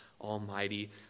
Almighty